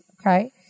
Okay